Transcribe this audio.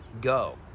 go